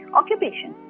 occupation